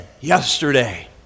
yesterday